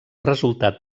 resultat